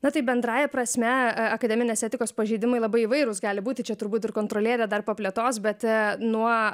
na tai bendrąja prasme a akademinės etikos pažeidimai labai įvairūs gali būti čia turbūt ir kontrolierė dar paplėtos bet nuo